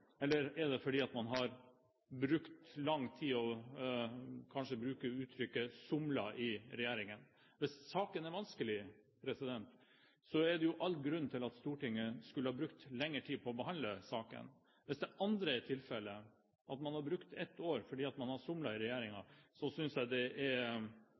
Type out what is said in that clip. eller er det fordi man har – kanskje man kan bruke uttrykket – «somlet» i regjeringen? Hvis saken er vanskelig, er det jo all grunn for Stortinget til å bruke lengre tid på å behandle saken. Hvis det andre er tilfellet, at man har brukt ett år fordi man har somlet i regjeringen, synes jeg det er